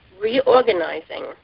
reorganizing